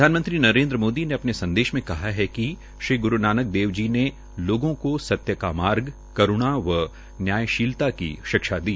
प्रधानमंत्री नरेन्द्र मोदी ने अपने संदेश में कहा है कि श्री ग्रू नानक देव जी ने लोगों को सत्य का मार्ग करूणा व न्यायशीलता की शिक्षा दी